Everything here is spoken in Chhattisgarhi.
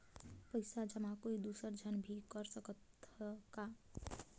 पइसा जमा कोई दुसर झन भी कर सकत त ह का?